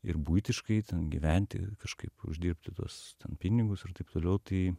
ir buitiškai ten gyventi kažkaip uždirbti tuos pinigus ir taip toliau tai